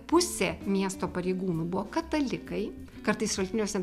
pusė miesto pareigūnų buvo katalikai kartais šaltiniuose